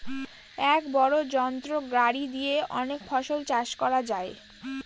এক বড় যন্ত্র গাড়ি দিয়ে অনেক ফসল চাষ করানো যায়